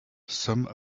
some